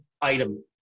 item